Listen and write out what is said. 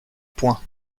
points